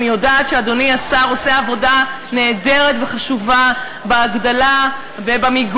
אני יודעת שאדוני השר עושה עבודה נהדרת וחשובה בהגדלה ובמיגון,